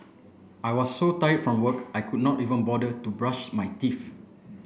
I was so tired from work I could not even bother to brush my teeth